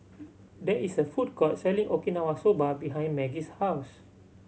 there is a food court selling Okinawa Soba behind Maggie's house